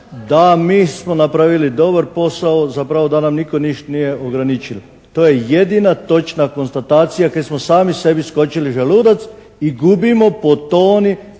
da mi smo napravili dobar posao, zapravo da nam niko' niš' nije ograničil'. To je jedina točna konstatacija kaj smo sami sebi skočili v želudac i gubimo po toni